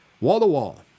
Wall-to-wall